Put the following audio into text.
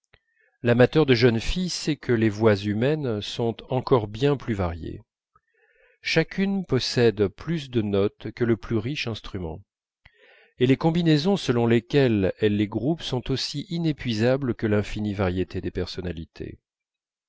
l'amateur de jeunes filles sait que les voix humaines sont encore bien plus variées chacune possède plus de notes que le plus riche instrument et les combinaisons selon lesquelles elle les groupe sont aussi inépuisables que l'infinie variété des personnalités